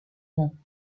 nom